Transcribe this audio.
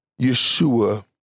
Yeshua